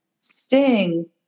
Sting